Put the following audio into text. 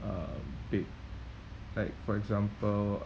uh big like for example